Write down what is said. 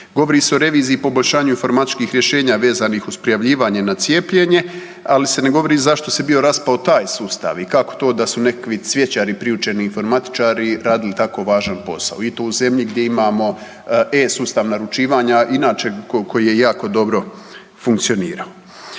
Govori se o reviziji i poboljšanju informatičkih rješenja vezanih uz prijavljivanje na cijepljenje, ali se ne govori zašto se bio raspravo taj sustav i kako to da su nekakvi cvjećari, priučeni informatičari radili tako važan posao i to u zemlji gdje imamo e Sustav naručivanja, inače koji je jako dobro funkcionirao.